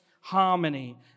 harmony